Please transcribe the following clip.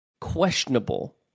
questionable